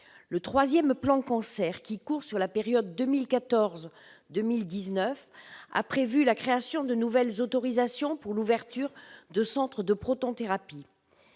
Le troisième plan Cancer, qui court sur la période 2014-2019, a prévu la création de nouvelles autorisations pour l'ouverture de centres de protonthérapie.